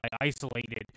isolated